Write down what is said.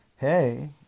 Hey